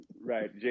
Right